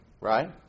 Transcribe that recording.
Right